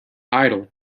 idol